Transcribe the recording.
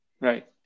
Right